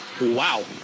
Wow